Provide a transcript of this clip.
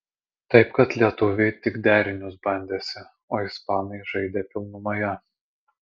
taip kad lietuviai tik derinius bandėsi o ispanai žaidė pilnumoje